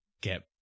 get